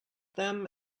them